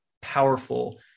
powerful